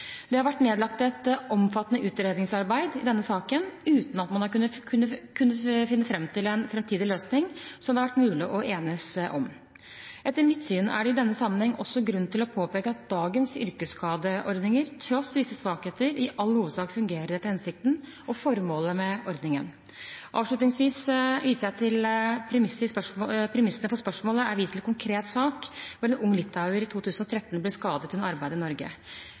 Det har vært nedlagt et omfattende utredningsarbeid i denne saken uten at man har kunnet finne fram til en framtidig løsning som det har vært mulig å enes om. Etter mitt syn er det i denne sammenheng også grunn til å påpeke at dagens yrkesskadeordninger, tross visse svakheter, i all hovedsak fungerer etter hensikten og formålet med ordningen. Avslutningsvis viser jeg til at det i premisset for spørsmålet er vist til en konkret sak hvor en ung litauer i 2013 ble skadet under arbeid i Norge.